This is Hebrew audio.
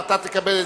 אתה תקבל את,